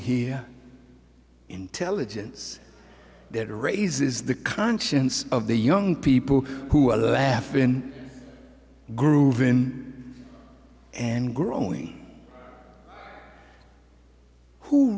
hear intelligence that raises the conscience of the young people who are laughin groovin and groaning who